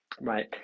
right